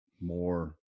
more